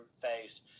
face